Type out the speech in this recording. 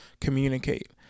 communicate